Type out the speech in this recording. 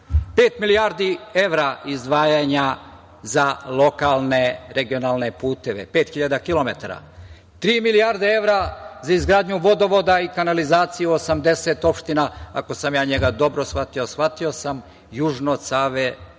milijardi evra izdvajanja za lokalne regionalne puteve, 5.000 km, tri milijarde evra za izgradnju vodovoda i kanalizaciju u 80 opština, ako sam ja njega dobro shvatio, a shvatio sam, južno od Save i